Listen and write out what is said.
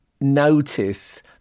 notice